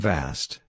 Vast